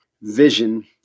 vision